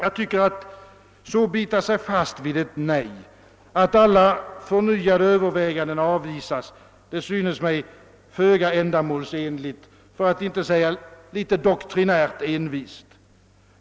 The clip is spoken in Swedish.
Att så bita sig fast vid ett nej att alla förnyade överväganden avvisas synes mig föga ändamålsenligt för att inte säga litet doktrinärt envist.